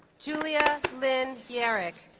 julia lynn yarak